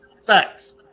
facts